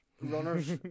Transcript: Runners